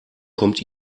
kommt